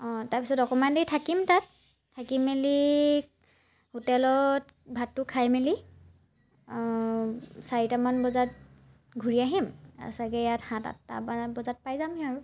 অঁ তাৰপিছত অকণমান দেৰি থাকিম তাত থাকি মেলি হোটেলত ভাতটো খাই মেলি চাৰিটামান বজাত ঘূৰি আহিম আৰু ছাগৈ ইয়াত সাত আঠটামান বজাত পাই যামহি আৰু